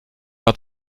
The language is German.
war